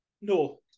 No